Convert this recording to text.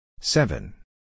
Seven